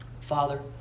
Father